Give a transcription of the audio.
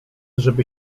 żeby